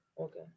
Okay